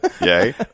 Yay